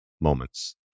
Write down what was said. moments